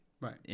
Right